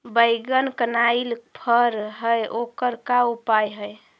बैगन कनाइल फर है ओकर का उपाय है?